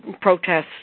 protests